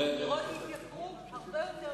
הדירות יתייקרו הרבה יותר.